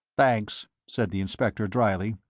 thanks, said the inspector, dryly,